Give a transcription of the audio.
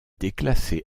déclassée